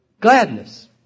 gladness